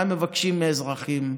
ומה הם מבקשים מאזרחים?